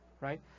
right